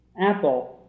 apple